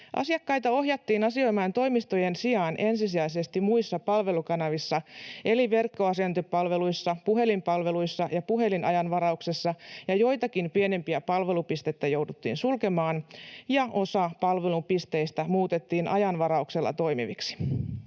Asiakkaita ohjattiin asioimaan toimistojen sijaan ensisijaisesti muissa palvelukanavissa eli verkkoasiointipalveluissa, puhelinpalveluissa ja puhelinajanvarauksessa. Joitakin pienempiä palvelupisteitä jouduttiin sulkemaan, ja osa palvelupisteistä muutettiin ajanvarauksella toimiviksi.